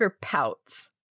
pouts